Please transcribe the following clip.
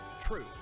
Truth